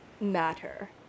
matter